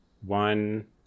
one